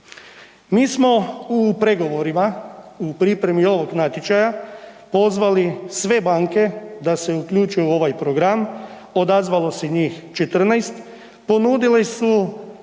Mi smo u pregovorima u pripremi ovog natječaja pozvali sve banke da se uključe u ovaj program, odzvalo se njih 14. Ponudili su